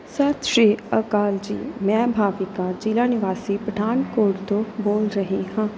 ਸਤਿ ਸ਼੍ਰੀ ਅਕਾਲ ਜੀ ਮੈਂ ਭਾਵੀਕਾ ਜ਼ਿਲ੍ਹਾ ਨਿਵਾਸੀ ਪਠਾਨਕੋਟ ਤੋਂ ਬੋਲ ਰਹੀ ਹਾਂ